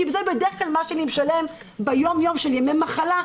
כי זה בדרך כלל מה שאני משלם ביום-יום של ימי מחלה,